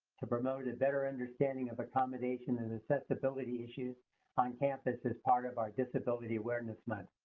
to promote a better understanding of accommodation and accessibility issues on campus as part of our disability awareness month.